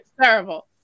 Terrible